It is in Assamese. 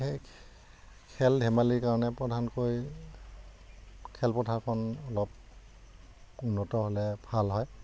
সেই খেল ধেমালিৰ কাৰণে প্ৰধানকৈ খেলপথাৰখন অলপ উন্নত হ'লে ভাল হয়